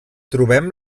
trobem